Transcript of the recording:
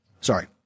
sorry